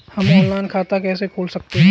हम ऑनलाइन खाता कैसे खोल सकते हैं?